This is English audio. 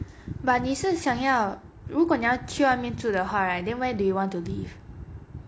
but 你是想要如果你是想要去外面住的话 right then where do you want to live